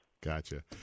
Gotcha